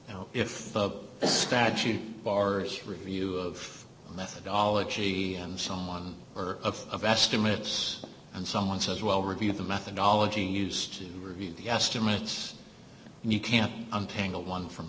don't know if the statute bars review of methodology and someone of of estimates and someone says well reviewed the methodology used to review the estimates and you can't untangle one from